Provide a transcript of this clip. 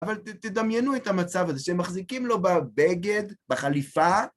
אבל תדמיינו את המצב הזה, שהם מחזיקים לו בבגד, בחליפה.